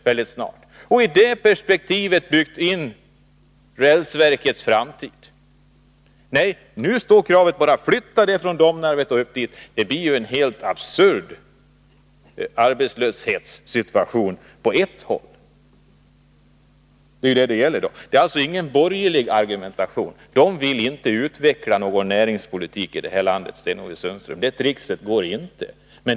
Varför har maninte byggt upp rälsverkets framtid med tanke på detta? Nej, nu är kravet bara att flytta rälsverket från Domnarvet. Det blir en helt absurd arbetslöshetssituation på ett håll. Det är alltså inte fråga om en borgerlig argumentation. På det hållet vill man inte utveckla någon näringspolitik i vårt land, Sten-Ove Sundström. Det tricket lyckas inte.